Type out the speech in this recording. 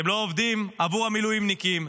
אתם לא עובדים עבור המילואימניקים,